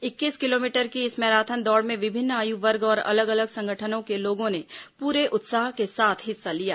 इक्कीस किलोमीटर की इस मैराथन दौड़ में विभिन्न आयु वर्ग और अलग अलग संगठनों के लोगों ने पूरे उत्साह के साथ हिस्सा लिया